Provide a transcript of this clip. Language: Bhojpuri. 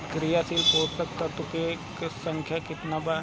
क्रियाशील पोषक तत्व के संख्या कितना बा?